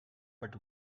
but